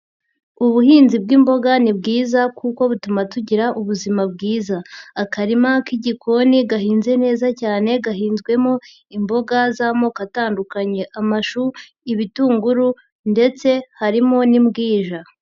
Ubuhinzi bw'imboga ni bwiza kuko butuma tugira ubuzima bwiza, akarima k'igikoni gahinze neza cyane gahinzwemo imboga z'amoko atandukanye, amashu, ibitunguru ndetse harimo n'imbwija.